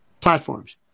platforms